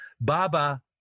baba